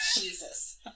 Jesus